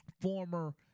former